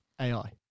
AI